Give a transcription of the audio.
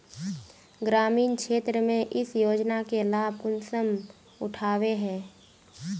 ग्रामीण क्षेत्र में इस योजना के लाभ कुंसम उठावे है?